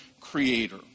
creator